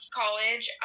college